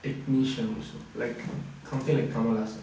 technicians also like